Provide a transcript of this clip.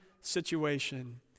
situation